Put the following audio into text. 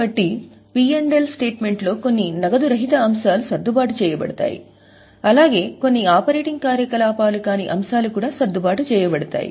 కాబట్టి P L ఖాతాలో కొన్ని నగదు రహిత అంశాలు సర్దుబాటు చేయబడతాయి అలాగే కొన్ని ఆపరేటింగ్ కార్యకలాపాలు కాని అంశాలు కూడా సర్దుబాటు చేయబడతాయి